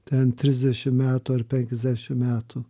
ten trisdešim metų ar penkiasdešim metų